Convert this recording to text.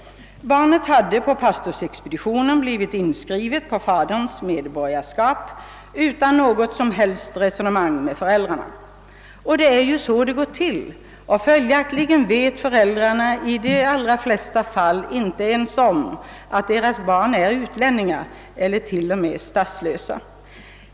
Barnet hade på pastorsexpeditionen blivit inskrivet på faderns medborgarskap utan något som helst resonemang med föräldrarna. Det är ju så det går till. Följaktligen vet föräldrarna i de allra flesta fall inte ens om, att deras barn är utlänningar eller t.o.m. statslösa.